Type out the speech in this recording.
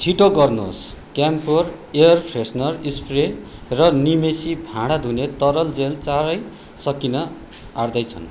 छिटो गर्नुहोस् Campure air freshener spray र निमेसी भाँडा धुने तरल जेल चाँडै सकिन आँट्दैछन्